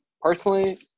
Personally